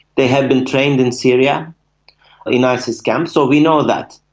they have been trained in syria in isis camps so we know that.